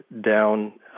down